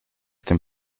dem